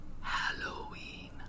Halloween